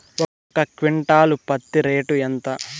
ఒక క్వింటాలు పత్తి రేటు ఎంత?